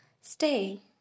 Stay